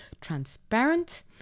transparent